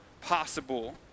possible